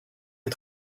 les